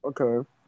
Okay